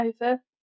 over